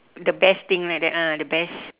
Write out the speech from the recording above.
the best thing like that ah the best